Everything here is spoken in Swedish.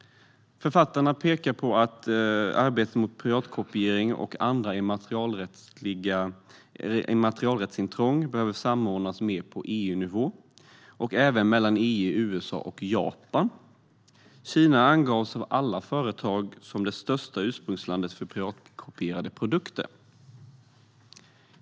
Författarna pekar på att arbetet mot piratkopiering och annat immaterialrättsintrång behöver samordnas mer på EU-nivå och även mellan EU, USA och Japan. Kina angavs av alla företag som det största ursprungslandet för piratkopierade produkter.